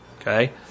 Okay